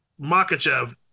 Makachev